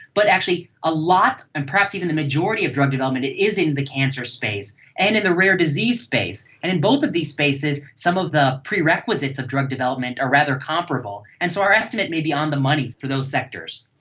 but actually a lot and perhaps even the majority of drug development is is in the cancer space and in the rare disease space, and in both of these spaces some of the prerequisites of drug development are rather comparable. and so our estimate may be on the money for those sectors.